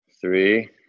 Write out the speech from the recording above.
Three